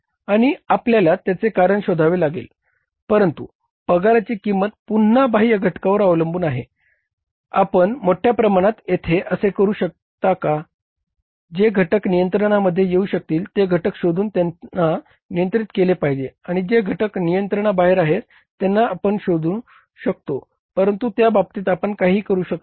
आणि आपल्याला त्याचे कारण शोधावे लागेल परंतु पगाराची किंमत पुन्हा बाह्य घटकांवर अवलंबून आहे आपण मोठ्या प्रमाणात येथे असे करू करू शकता की जे घटक नियंत्रणामध्ये येऊ शकतील ते घटक शोधून त्यांना नियंत्रित केले पाहिजे आणि जे घटक नियंत्रणाबाहेर आहेत त्यांना आपण शोधू शकतो परंतु त्या बाबतीत आपण काहीही करू शकत नाही